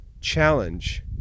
challenge